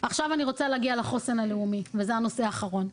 עכשיו אני רוצה להגיע לחוסן הלאומי וזה הנושא האחרון.